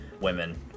women